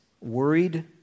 worried